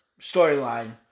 storyline